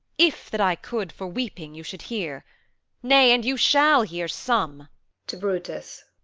if that i could for weeping, you should hear nay, and you shall hear some to brutus.